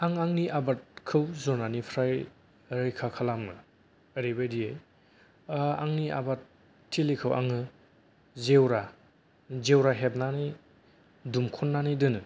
आं आंनि आबादखौ जुनारनिफ्राय रैखा खालामो ओरैबायदियै आंनि आबादथिलिखौ आङो जेवरा जेवरा हेबनानै दुमखननानै दोनो